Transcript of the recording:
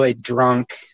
drunk